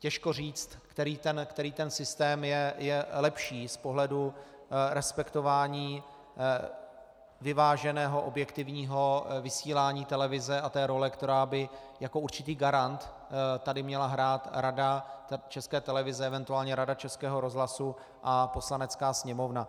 Těžko říct, který ten systém je lepší z pohledu respektování vyváženého, objektivního vysílání televize a té role, kterou by jako určitý garant tady měla hrát Rada České televize, eventuálně Rada Českého rozhlasu a Poslanecká sněmovna.